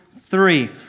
three